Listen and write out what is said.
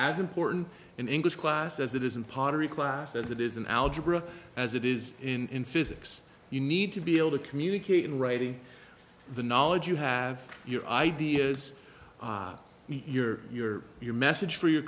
as important in english class as it is in pottery class as it is in algebra as it is in physics you need to be able to communicate in writing the knowledge you have your ideas your your your message for your